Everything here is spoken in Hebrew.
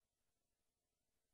החינוך.